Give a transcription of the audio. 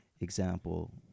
example